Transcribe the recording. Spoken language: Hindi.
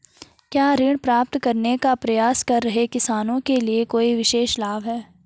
क्या ऋण प्राप्त करने का प्रयास कर रहे किसानों के लिए कोई विशेष लाभ हैं?